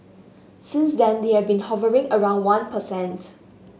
since then they have been hovering around one per cent